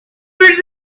was